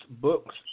Books